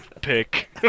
pick